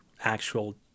actual